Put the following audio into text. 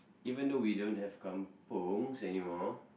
even though we don't have kampungs anymore